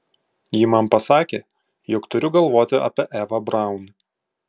ji man pasakė jog turiu galvoti apie evą braun